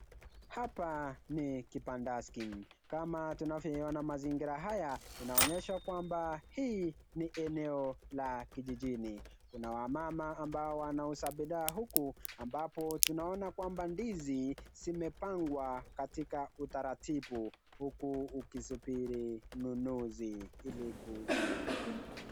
Hapa ni kibandaski. Kama tunavyoiona mazingira haya, inaonyesha kwamba, hii ni eneo la kijijini. Kuna wamama ambao wanauza bidhaa huku ambapo tunaona kwamba ndizi zimepangwa katika utaratibu, huku ukisubiri mnunuzi ili kuuziwa.